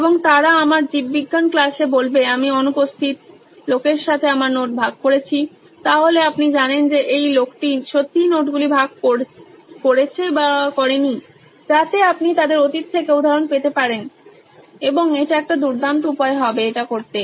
এবং তারা আমার জীববিজ্ঞান ক্লাসে বলবে আমি অনুপস্থিত লোকের সাথে আমার নোট ভাগ করেছি তাহলে আপনি জানেন যে এই লোকটি সত্যিই নোটগুলি ভাগ করেছে বা না যাতে আপনি তাদের অতীত থেকে উদাহরণ পেতে পারেন এবং এটি একটি দুর্দান্ত উপায় হবে এটা করতে